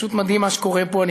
פשוט מדהים מה שקורה פה.